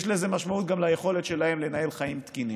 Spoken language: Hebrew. יש לזה משמעות גם ליכולת שלהם לנהל חיים תקינים.